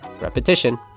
repetition